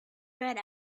red